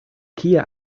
kia